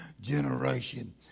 generation